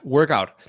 Workout